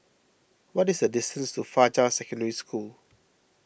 what is the distance to Fajar Secondary School